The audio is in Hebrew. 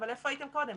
אבל איפה הייתם קודם?